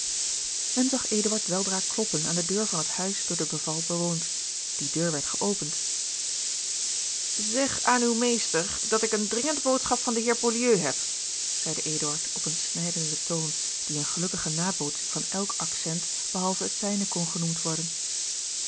men zag eduard weldra kloppen aan de deur van het huis door de beval bewoond die deur werd geopend zeg aan uw meester dat ik eene dringende boodschap van den heer beaulieu heb zeide eduard op een snijdenden toon die eene gelukkige nabootsing van elk accent behalve het zijne kon genoemd worden